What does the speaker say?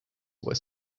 were